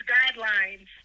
guidelines